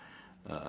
uh